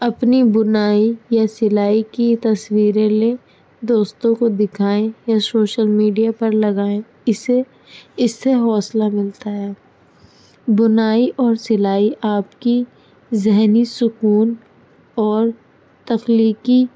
اپنی بنائی یا سلائی کی تصویریں لیں دوستوں کو دکھائیں یا شوشل میڈیا پر لگائیں اسے اس سے حوصلہ ملتا ہے بنائی اور سلائی آپ کی ذہنی سکون اور تخلییقی